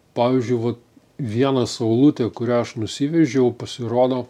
pavyzdžiui va vieną saulutę kurią aš nusivežiau pasirodo